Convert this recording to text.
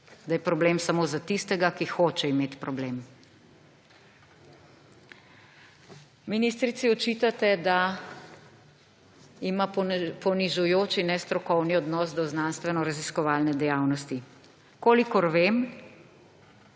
da je problem samo za tistega, ki hoče imeti problem. Ministrici očitate, da ima ponižujoč in nestrokovni odnos do znanstvenoraziskovalne dejavnosti. Kolikor vem,